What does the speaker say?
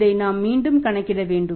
இதை நாம் மீண்டும் கணக்கிட வேண்டும்